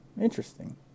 interesting